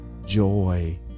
joy